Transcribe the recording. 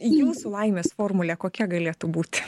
jūs laimės formulė kokia galėtų būti